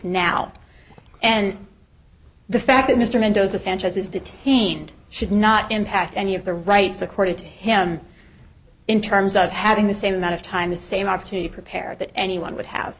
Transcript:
now and the fact that mr mendoza sanchez is detained should not impact any of the rights accorded to him in terms of having the same amount of time the same opportunity prepare that anyone would have